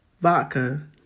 vodka